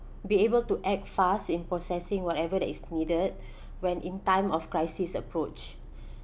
be able to act fast in processing whatever that is needed when in time of crisis approach